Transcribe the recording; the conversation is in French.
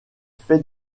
fait